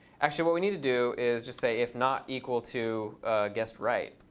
actually, what we need to do is just say if not equal to guessed right.